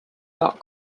got